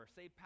Say